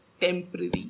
Temporary